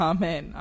Amen